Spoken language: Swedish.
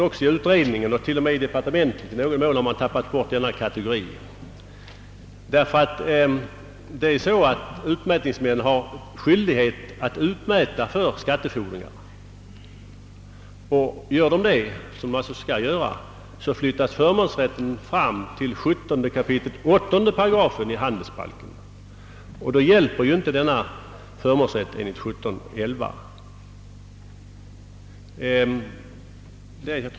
Även i utredningen och t.o.m. i departementet har man tappat bort denna kategori. Utmätningsmännen har skyldighet att utmäta för skattefordringar. Gör de det, flyttas förmånsrätten till 17 kap. 8 § handelsbalken. Då hjälper inte denna föreslagna förmånsrätt enligt 17:11.